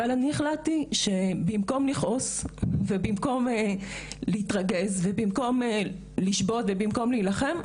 אבל אני החלטתי שבמקום לכעוס ובמקום להתרגז ובמקום לשבות ובמקום להילחם,